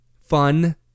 fun